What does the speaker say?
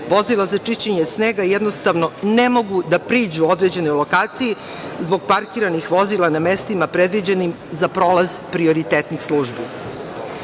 vozila za čišćenje snega jednostavno ne mogu da priđu određenoj lokaciji zbog parkiranih vozila na mestima predviđenim za prolaz prioritetnim službama.I